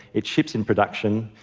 it ships in production.